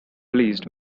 released